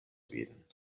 min